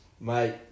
Mate